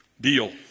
Deal